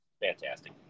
Fantastic